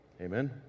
Amen